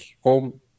home